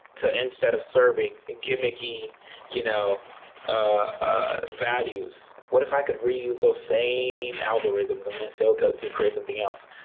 to, instead of serving gimmicky you know ah values, what if i could reuse those same algorithms and cell code to create something else?